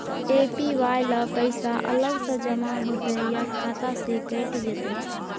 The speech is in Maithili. ए.पी.वाई ल पैसा अलग स जमा होतै या खाता स कैट जेतै?